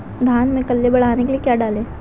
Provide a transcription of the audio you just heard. धान में कल्ले बढ़ाने के लिए क्या डालें?